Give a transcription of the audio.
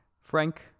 Frank